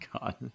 God